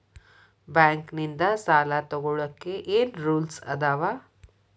Bank ನಿಂದ್ ಸಾಲ ತೊಗೋಳಕ್ಕೆ ಏನ್ ರೂಲ್ಸ್ ಅದಾವ?